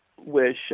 wish